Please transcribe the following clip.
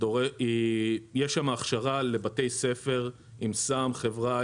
יש שם הכשרה לבתי ספר עם --- חברה,